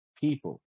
people